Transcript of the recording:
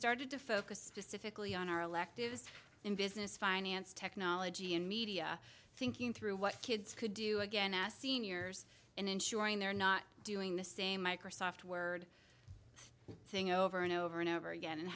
started to focus just difficulty on our electives in business finance technology and media thinking through what kids could do again as seniors and ensuring they're not doing the same microsoft word thing over and over and over again and